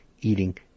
eating